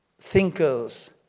thinkers